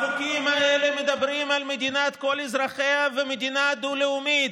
החוקים האלה מדברים על מדינת כל אזרחיה ועל מדינה דו-לאומית,